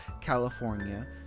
California